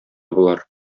болар